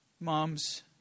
moms